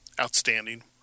outstanding